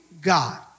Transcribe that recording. God